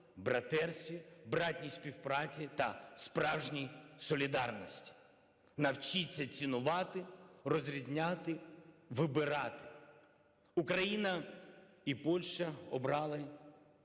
братерстві, братній співпраці та справжній солідарності. Навчіться цінувати, розрізняти, вибирати. Україна і Польща обрали